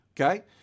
okay